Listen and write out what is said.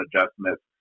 adjustments